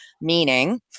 meaning